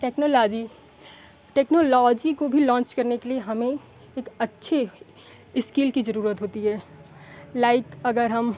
technology technology को भी launch करने के लिए हमें एक अच्छे इस्किल की जरूरत होती है लाइक अगर हम